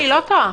אני לא טועה.